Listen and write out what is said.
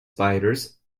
spiders